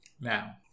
now